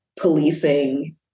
policing